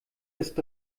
ist